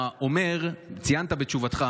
ציינת בתשובתך,